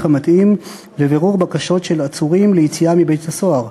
המתאים לבירור בקשות של עצורים ליציאה מבית-הסוהר,